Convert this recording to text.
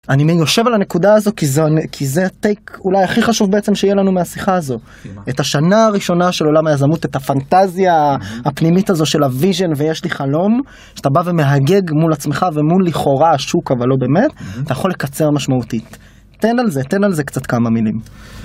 אני מיושב על הנקודה הזו, כי זה הטייק אולי הכי חשוב בעצם שיהיה לנו מהשיחה הזו. את השנה הראשונה של עולם היזמות, את הפנטזיה הפנימית הזו של הוויז'ן ויש לי חלום, שאתה בא ומהגג מול עצמך ומול לכאורה השוק אבל לא באמת, אתה יכול לקצר משמעותית. תן על זה, תן על זה קצת כמה מילים.